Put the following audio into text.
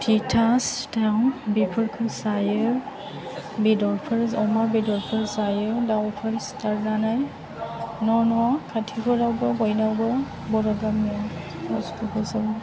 फिथा सिथाव बेफोरखौ जायो बेदरफोर अमा बेदरफोर जायो दावफोर सिथारनानै न' न' खाथिफोरावबो बयनावबो बर' गामिआव जायो